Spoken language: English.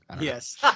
Yes